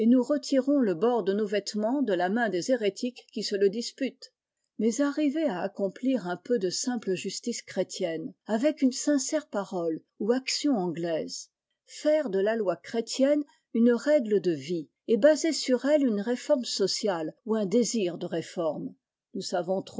nous retirons le bord de nos vêtements de la main des hérétiques qui se le disputent mais arriver à accomplir un peu de simple justice chrétienne avec une sincère parole ou action anglaiser faire de la loi chrétienne une règle de vie et baser sur elle une réforme sociale ou un désir de réforme nous savons